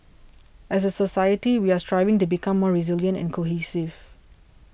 as a society we are striving to become more resilient and cohesive